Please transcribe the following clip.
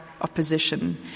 opposition